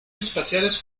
espaciales